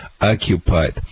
occupied